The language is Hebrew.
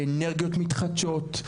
לאנרגיות מתחדשות,